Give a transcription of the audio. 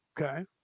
Okay